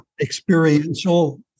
experiential